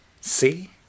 See